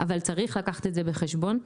אבל צריך לקחת את זה בחשבון.